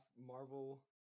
marvel